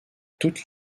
toutes